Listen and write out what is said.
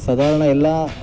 ಸಾಧಾರಣ ಎಲ್ಲ